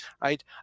right